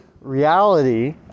reality